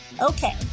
Okay